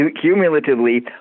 cumulatively